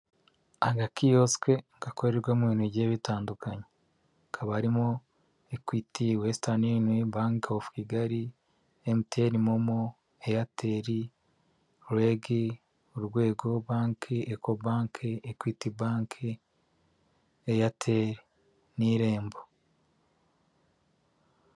Agakiyosike gakorerwamo ibintu bigiye bitandukanye hakaba harimo ekwiti, westani yuniyoni, banke ofu Kigali, emutiyene momo, eyateri, regi, urwego banke, ekobanke, ekwiti banke, eyateri n'irembo.